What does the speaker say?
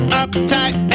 uptight